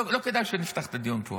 לא כדאי שנפתח את הדיון פה.